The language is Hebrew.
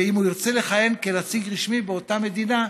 ואם הוא ירצה לכהן כנציג רשמי באותה מדינה,